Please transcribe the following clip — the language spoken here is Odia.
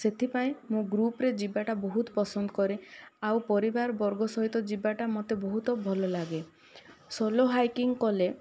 ସେଥିପାଇଁ ମୁଁ ଗ୍ରୁପ୍ରେ ଯିବାଟା ବହୁତ ପସନ୍ଦ କରେ ଆଉ ପରିବାରବର୍ଗ ସହିତ ଯିବାଟା ମୋତେ ବହୁତ ଭଲଲାଗେ ସୋଲୋ ହାଇକିଂ କଲେ